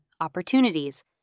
opportunities